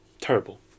Terrible